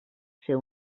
ser